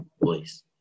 voice